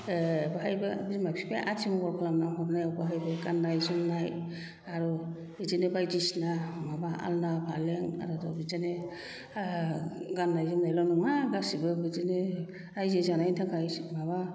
बेहायबो बिमा बिफाया आथिमंगल खालामना हरनायावबो बेहायबो गान्नाय जोमनाय आरो बिदिनो बायदिसिना माबा आलना फालें आरो बिदिनो गान्नाय जोमनायल' नङा गासिबो बिदिनो रायजो जानायनि थाखाय माबा